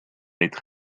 être